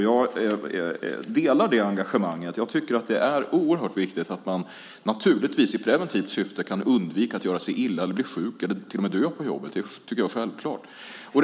Jag delar det engagemanget. Jag tycker naturligtvis att det är oerhört viktigt med ett preventivt syfte; att man kan undvika att göra sig illa, bli sjuk eller till och med dö på jobbet. Det tycker jag är självklart.